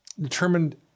determined